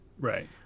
Right